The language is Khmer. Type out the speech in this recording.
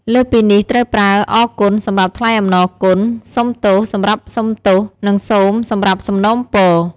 លើសពីនេះ ត្រូវប្រើ "អរគុណ" សម្រាប់ថ្លែងអំណរគុណ "សូមទោស" សម្រាប់សុំទោស និង "សូម" សម្រាប់សំណូមពរ។